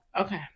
okay